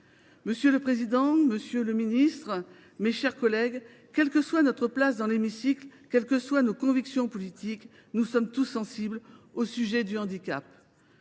Monsieur le président, monsieur le ministre, mes chers collègues, quelle que soit notre place dans l’hémicycle, quelles que soient nos convictions politiques, nous sommes tous sensibles au sujet du handicap.